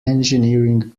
engineering